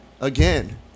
Again